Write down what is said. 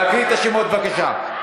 להקריא את השמות בבקשה.